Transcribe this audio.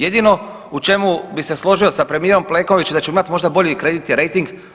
Jedino u čemu bi se složio sa premijerom Plenkovićem da ćemo imati možda bolji kreditni rejting.